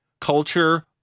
culture